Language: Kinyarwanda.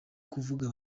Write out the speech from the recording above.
kuvuga